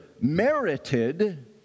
merited